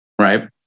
right